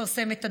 נפרסם את הדוח,